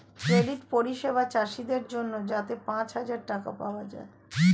credit পরিষেবা চাষীদের জন্যে যাতে পাঁচ হাজার টাকা পাওয়া যায়